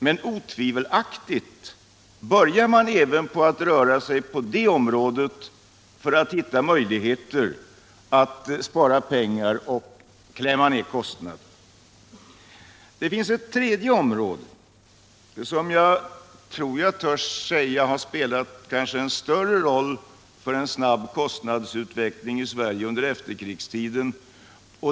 Men otvivelaktigt börjar man även att röra sig på det området för att hitta möjligheter att spara pengar och pressa ner kostnaderna. Det finns ett tredje område som jag törs säga har spelat en stor roll för en snabb kostnadsutveckling i Sverige under efterkrigstiden.